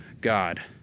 God